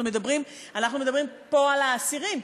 אנחנו מדברים פה על האסירים,